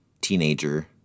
teenager